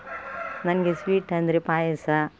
ನನಗೆ ಸ್ವೀಟ್ ಅಂದರೆ ಪಾಯಸ